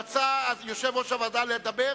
רצה יושב-ראש הוועדה לדבר,